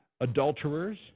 adulterers